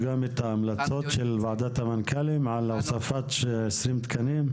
גם את ההמלצות של ועדת המנכ"לים על הוספת 20 תקנים?